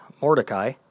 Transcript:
Mordecai